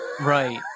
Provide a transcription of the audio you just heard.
Right